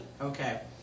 okay